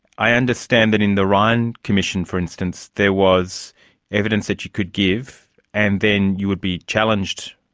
i understand that in the ryan commission, for instance, there was evidence that you could give and then you would be challenged